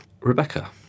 Rebecca